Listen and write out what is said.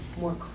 more